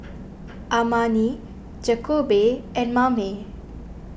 Amani Jakobe and Mame